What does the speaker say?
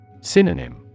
Synonym